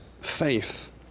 faith